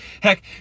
heck